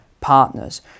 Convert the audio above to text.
partners